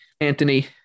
Anthony